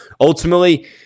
ultimately